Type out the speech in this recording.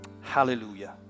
Hallelujah